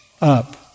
up